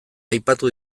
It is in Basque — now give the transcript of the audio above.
aipatu